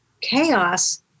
chaos